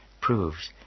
proves